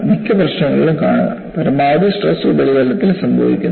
മിക്ക പ്രശ്നങ്ങളിലും കാണുക പരമാവധി സ്ട്രെസ് ഉപരിതലത്തിൽ സംഭവിക്കുന്നു